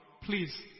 please